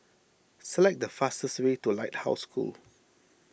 select the fastest way to the Lighthouse School